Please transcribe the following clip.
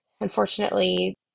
unfortunately